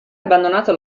abbandonato